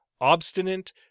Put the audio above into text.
obstinate